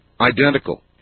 identical